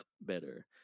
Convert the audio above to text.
better